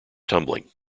tumbling